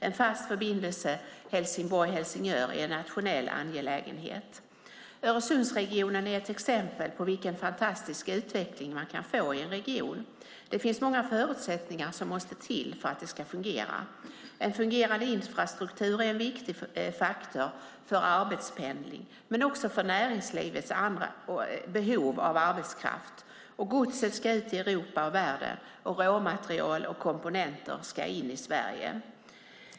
En fast förbindelse mellan Helsingborg och Helsingör är en nationell angelägenhet. Öresundsregionen är ett exempel på vilken fantastisk utveckling man kan få i en region. Det finns många förutsättningar som måste till för att det ska fungera. En fungerande infrastruktur är en viktig faktor för arbetspendling men också för näringslivets behov av arbetskraft. Godset ska ut i Europa och världen, och råmaterial och komponenter ska in i Sverige.